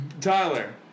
Tyler